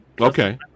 Okay